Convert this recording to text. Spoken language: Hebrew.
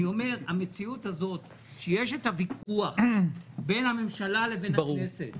המציאות הזאת שיש ויכוח בין הממשלה לבין הכנסת,